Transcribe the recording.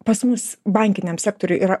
pas mus bankiniam sektoriui yra